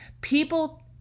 People